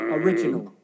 original